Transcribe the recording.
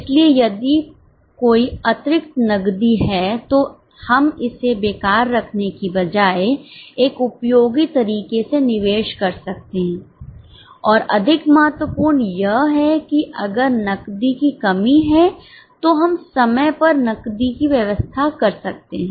इसलिए अगर कोई अतिरिक्त नकदी है तो हम इसे बेकार रखने के बजाय एक उपयोगी तरीके से निवेश कर सकते हैं और अधिक महत्वपूर्ण यह है कि अगर नकदी की कमी है तो हम समय पर नकदी की व्यवस्था कर सकते हैं